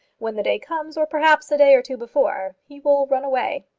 when the day comes, or, perhaps, a day or two before, he will run away.